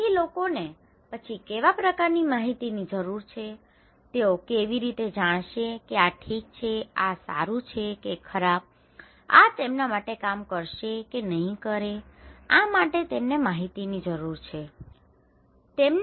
તેથી લોકોને પછી કેવા પ્રકારની માહિતીની જરૂર છે તેઓ કેવી રીતે જાણશે કે આ ઠીક છે આ સારું છે કે ખરાબ આ તેમના માટે કામ કરશે કે નહીં આ માટે તેમને માહિતીની જરૂર છે બરાબર